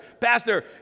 Pastor